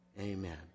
Amen